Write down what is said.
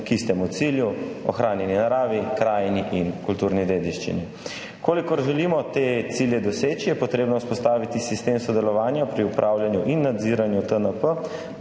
k istemu cilju, ohranjeni naravi, krajini in kulturni dediščini. Če želimo te cilje doseči, je potrebno vzpostaviti sistem sodelovanja pri upravljanju in nadziranju TNP,